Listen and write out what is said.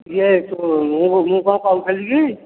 ଇଏ ତୁ ମୁଁ ମୁଁ କ'ଣ କହୁଥିଲିକି